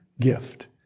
gift